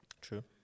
True